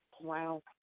Wow